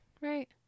Right